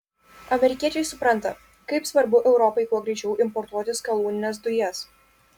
amerikiečiai supranta kaip svarbu europai kuo greičiau importuoti skalūnines dujas